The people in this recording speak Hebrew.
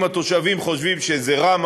אם התושבים חושבים שזה רע,